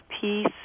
peace